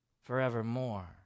forevermore